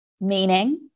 meaning